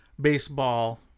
baseball